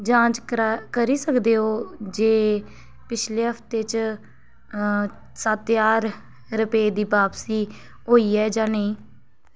जांच करी सकदे ओ जे पिछले हप्ते सत्त ज्हार रुपये दी वापसी होई ऐ जां नेईं